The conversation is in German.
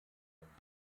wirken